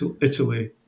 Italy